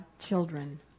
children